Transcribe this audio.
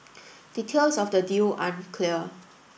details of the deal aren't clear